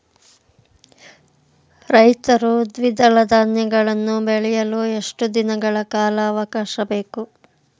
ರೈತರು ದ್ವಿದಳ ಧಾನ್ಯಗಳನ್ನು ಬೆಳೆಯಲು ಎಷ್ಟು ದಿನಗಳ ಕಾಲಾವಾಕಾಶ ಬೇಕು?